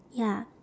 ya